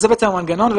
זה המנגנון.